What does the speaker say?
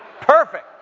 Perfect